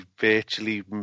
virtually